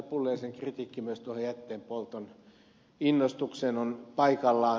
pulliaisen kritiikki myös tuohon jätteenpolton innostukseen on paikallaan